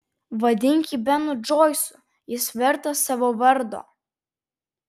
vadink jį benu džoisu jis vertas savo vardo